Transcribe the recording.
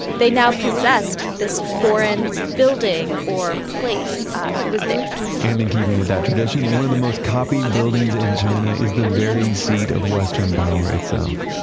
they now possess this foreign building or place. it was theirs and in keeping with that tradition, one of the most copied buildings in china is the very seat of western power itself